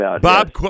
Bob